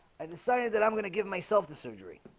i've decided that i'm gonna give myself to surgery